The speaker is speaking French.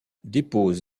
dépose